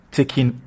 taking